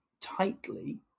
tightly